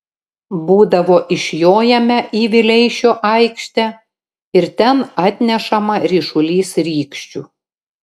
būdavo išjojame į vileišio aikštę ir ten atnešama ryšulys rykščių